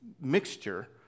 mixture